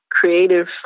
creative